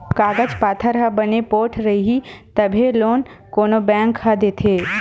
कागज पाथर ह बने पोठ रइही तभे लोन कोनो बेंक ह देथे